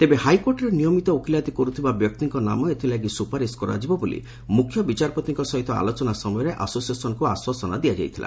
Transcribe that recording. ତେବେ ହାଇକୋର୍ଟରେ ନିୟମିତ ଓକିଲାତି କର୍ଥିବା ବ୍ୟକ୍ତିଙ୍କ ନାଁ ଏଥଲାଗି ସ୍ୱପାରିଶ୍ କରାଯିବ ବୋଲି ମ୍ରଖ୍ୟବିଚାରପତିଙ୍କ ସହିତ ଆଲୋଚନା ସମୟରେ ଆସୋସିଏସନ୍କୁ ଆଶ୍ୱାସନା ଦିଆଯାଇଥିଲା